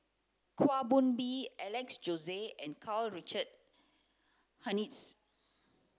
Kwa Soon Bee Alex Josey and Karl Richard Hanitsch